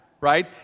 right